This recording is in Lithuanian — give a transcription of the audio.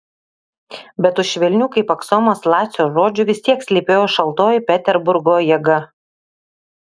bet už švelnių kaip aksomas lacio žodžių vis tiek slypėjo šaltoji peterburgo jėga